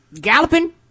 Galloping